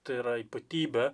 tai yra ypatybė